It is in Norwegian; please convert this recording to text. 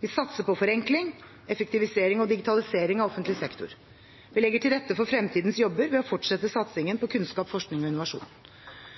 Vi satser på forenkling, effektivisering og digitalisering av offentlig sektor. Vi legger til rette for fremtidens jobber ved å fortsette satsingen på kunnskap, forskning og innovasjon.